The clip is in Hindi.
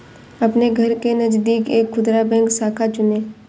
अपने घर के नजदीक एक खुदरा बैंक शाखा चुनें